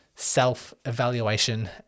self-evaluation